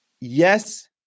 yes